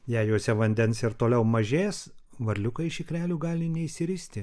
jei juose vandens ir toliau mažės varliukai iš ikrelių gali neišsiristi